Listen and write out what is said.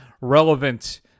relevant